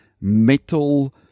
metal